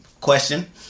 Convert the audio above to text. question